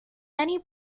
many